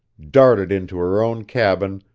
darted into her own cabin,